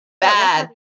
bad